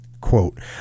Quote